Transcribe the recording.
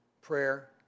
prayer